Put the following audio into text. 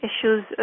issues